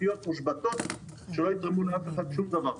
תשתיות מושבתות שלא יתרמו לאף אחד שום דבר.